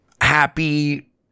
happy